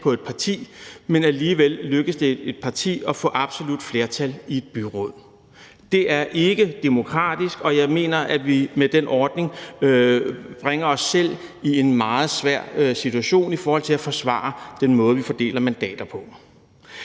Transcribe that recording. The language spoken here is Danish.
på et parti, men alligevel lykkes det partiet at få absolut flertal i byrådet. Det er ikke demokratisk, og jeg mener, at vi med den ordning bringer os selv i en meget svær situation i forhold til at forsvare den måde, vi fordeler mandater på.